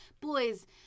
boys